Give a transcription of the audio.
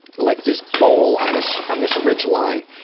like this bowl on this, on this ridge line,